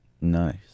Nice